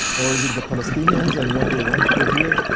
or is it the palestinians and what they went through here?